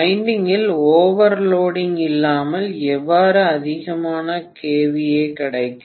winding இல் overloading இல்லாமல் எவ்வாறு அதிகமான KVA கிடைக்கும்